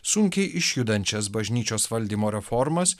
sunkiai išjudančias bažnyčios valdymo reformas